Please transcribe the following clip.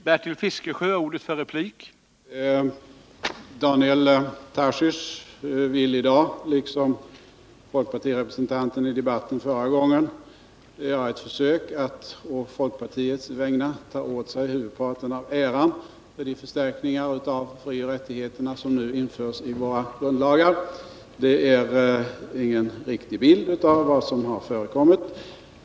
Herr talman! Daniel Tarschys vill i dag, liksom folkpartirepresentanten i debatten förra gången, göra ett försök att på folkpartiets vägnar ta åt sig huvuddelen av äran för den förstärkning av frioch rättigheterna som nu skall införas i våra grundlagar. Det ger ingen riktig bild av vad som förekommit.